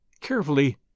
carefully